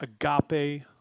agape